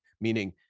meaning